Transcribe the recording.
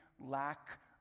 lack